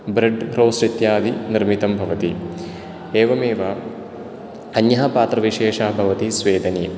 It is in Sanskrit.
ब्रेड् रोस्ट् इत्यादि निर्मितं भवति एवमेव अन्यः पात्रविशेषः भवति स्वेदनी